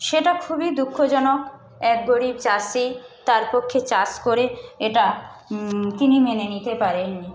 সেটা খুবই দুঃখজনক এক গরীব চাষি তার পক্ষে চাষ করে এটা তিনি মেনে নিতে পারেননি